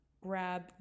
grab